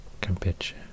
Campeche